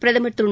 பிரதமர் திரு